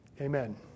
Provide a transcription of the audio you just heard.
amen